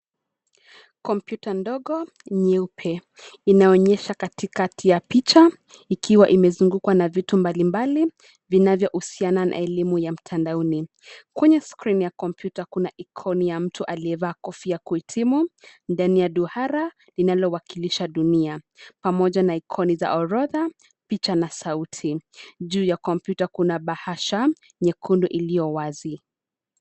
Kompyuta ndogo, nyeupe, inaonyesha katikati ya picha, ikiwa imezungukwa na vitu mbalimbali, vinavyohusiana na elimu ya mtandaoni. Kwenye skrini ya kompyuta kuna ikoni ya mtu aliyevaa kofia ya kuhitimu, ndani ya duara, linalowakilisha dunia, pamoja na ikoni za orodha, picha na sauti. Juu ya kompyuta kuna bahasha, nyekundu iliyo wazi.